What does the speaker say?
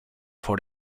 for